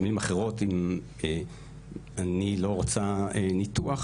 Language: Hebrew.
או במילים אחרות "אם אני לא רוצה ניתוח